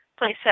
playset